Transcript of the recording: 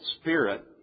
Spirit